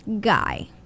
guy